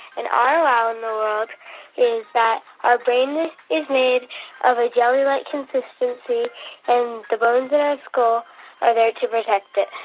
and our wow in the world is that our brain is made of a jelly-like consistency, and but and in our skull are there to protect it.